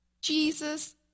Jesus